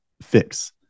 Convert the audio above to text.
fix